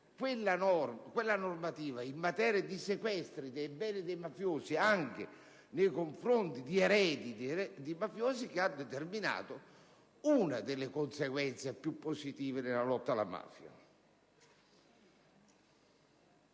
quella normativa in materia di sequestri dei beni dei mafiosi che si rivolge anche nei confronti degli eredi, determinando una delle conseguenze più positive nella lotta alla mafia.